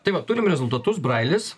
tai va turim rezultatus brailis